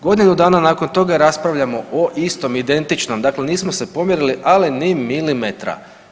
Godinu dana nakon toga raspravljamo o istom identičnom, dakle nismo se pomjerili ali ni milimetra.